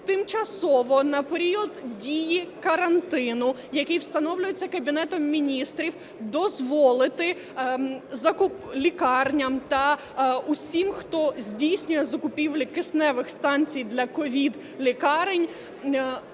тимчасово, на період дії карантину, який встановлюється Кабінетом Міністрів, дозволити лікарням та усім, хто здійснює закупівлі кисневих станцій для ковід-лікарень,